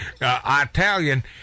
Italian